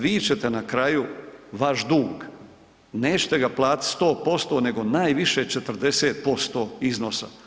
Vi ćete na kraju vaš dug nećete ga platiti 100% nego najviše 40% iznosa.